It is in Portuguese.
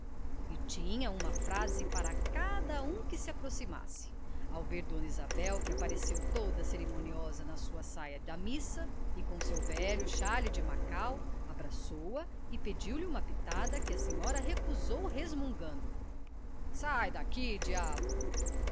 e tinha uma frase para cada um que se aproximasse ao ver dona isabel que apareceu toda cerimoniosa na sua saia da missa e com o seu velho xale de macau abraçou-a e pediu-lhe uma pitada que a senhora recusou resmungando sai daí diabo